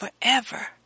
forever